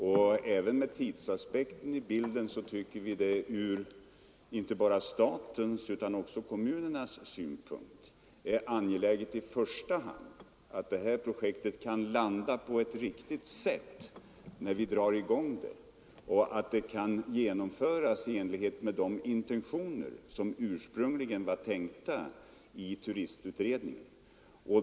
Även om vi också har tidsaspekten med i bilden tycker vi att det inte bara ur statens utan också ur kommunens synpunkt i första hand är angeläget att detta projekt sedan det väl startats kan föras i land på ett riktigt sätt i enlighet med de ursprungliga intentionerna i turistutredningen.